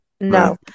no